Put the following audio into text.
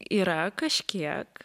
yra kažkiek